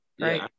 right